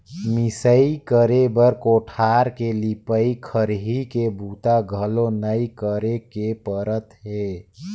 मिंसई करे बर कोठार के लिपई, खरही के बूता घलो नइ करे के परत हे